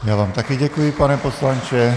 Já vám také děkuji, pane poslanče.